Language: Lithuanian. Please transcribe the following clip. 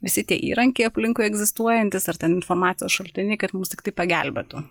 visi tie įrankiai aplinkui egzistuojantys ar ten informacijos šaltiniai kad mums tiktai pagelbėtų